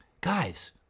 Guys